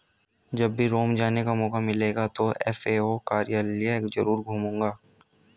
जब भी रोम जाने का मौका मिलेगा तो एफ.ए.ओ कार्यालय जरूर घूमूंगा